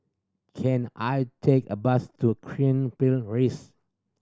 can I take a bus to Cairnhill Rise